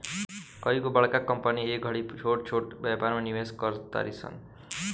कइगो बड़का कंपनी ए घड़ी छोट छोट व्यापार में निवेश कर तारी सन